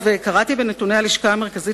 קראתי בנתוני הלשכה המרכזית